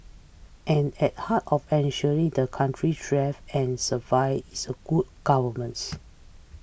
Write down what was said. and at the heart of ensuring the country thrive and survive is good governance